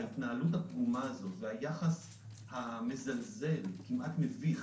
ההתנהלות הפגומה הזאת והיחס המזלזל, כמעט מביך,